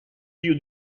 più